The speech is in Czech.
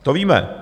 To víme.